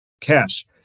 cash